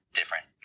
different